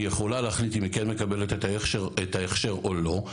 היא יכולה להחליט אם היא כן מקבלת את ההכשר או לא,